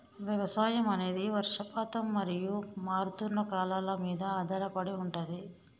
వ్యవసాయం అనేది వర్షపాతం మరియు మారుతున్న కాలాల మీద ఆధారపడి ఉంటది